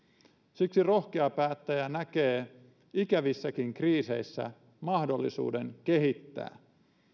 siksi rohkea päättäjä näkee ikävissäkin kriiseissä mahdollisuuden kehittää